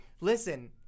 Listen